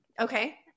Okay